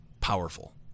powerful